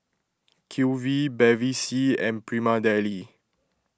Q V Bevy C and Prima Deli